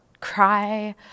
cry